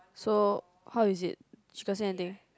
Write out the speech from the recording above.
so how is it stressing anything